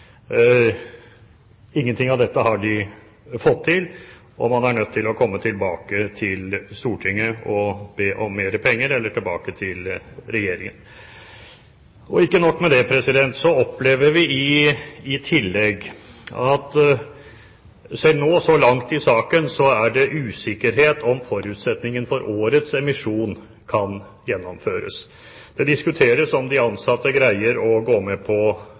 Ingenting av dette har de fått til, og man er nødt til å komme tilbake til Regjeringen og be om mer penger. Ikke nok med det – vi opplever i tillegg at selv nå så langt i saken er det usikkerhet om forutsetningen for årets emisjon kan gjennomføres. Det diskuteres om de ansatte greier å gå med på